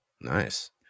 Nice